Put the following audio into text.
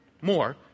more